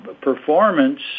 performance